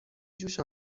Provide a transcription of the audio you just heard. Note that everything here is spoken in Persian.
جوش